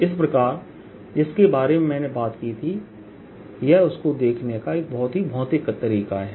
इस प्रकार जिसके बारे में मैंने बात की थी यह उसको देखने का एक बहुत ही भौतिक तरीका है